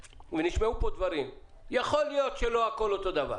נשמעו פה דברים ויכול להיות שלא הכול אותו דבר